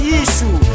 issue